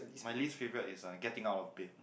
my least favourite is uh getting out of bed